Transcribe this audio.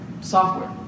software